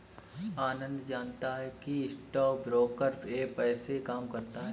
आनंद जानता है कि स्टॉक ब्रोकर ऐप कैसे काम करता है?